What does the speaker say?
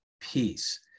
peace